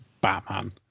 Batman